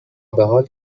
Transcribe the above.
بحال